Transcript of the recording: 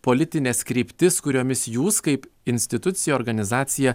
politines kryptis kuriomis jūs kaip institucija organizacija